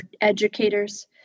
educators